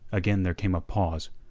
again there came a pause,